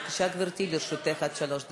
בבקשה, גברתי, לרשותך עד שלוש דקות.